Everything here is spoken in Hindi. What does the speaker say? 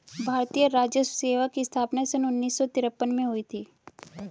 भारतीय राजस्व सेवा की स्थापना सन उन्नीस सौ तिरपन में हुई थी